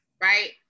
Right